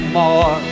more